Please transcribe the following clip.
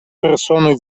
personoj